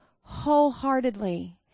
wholeheartedly